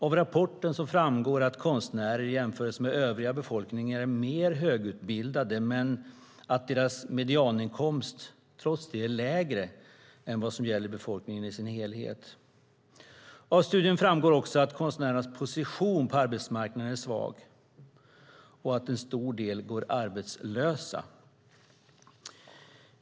Av rapporten framgår att konstnärer i jämförelse med den övriga befolkningen är mer högutbildade men att deras medianinkomst trots det är lägre än vad som gäller för befolkningen i dess helhet. Av studien framgår också att konstnärernas position på arbetsmarknaden är svag och att en stor del av dem går arbetslösa.